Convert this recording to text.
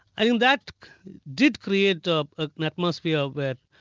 i think that did create ah ah an atmosphere where,